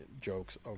jokes